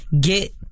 get